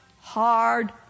hard